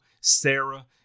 Sarah